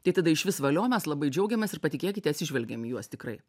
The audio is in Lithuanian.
tai tada išvis valio mes labai džiaugiamės ir patikėkite atsižvelgiam į juos tikrai